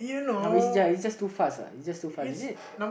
ya but it's just too fast lah it's just too fast is it